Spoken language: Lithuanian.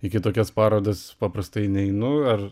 į kitokias parodas paprastai neinu ar